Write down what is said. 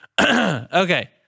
Okay